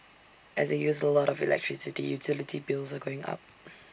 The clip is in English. as they use A lot of electricity utility bills are going up